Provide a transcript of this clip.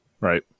Right